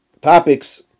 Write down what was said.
topics